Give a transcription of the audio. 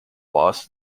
loss